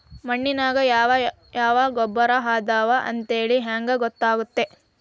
ಮಣ್ಣಿನೊಳಗೆ ಯಾವ ಯಾವ ಗೊಬ್ಬರ ಅದಾವ ಅಂತೇಳಿ ಹೆಂಗ್ ಗೊತ್ತಾಗುತ್ತೆ?